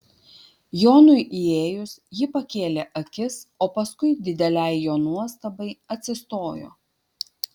jonui įėjus ji pakėlė akis o paskui didelei jo nuostabai atsistojo